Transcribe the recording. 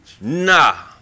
Nah